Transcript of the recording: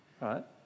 right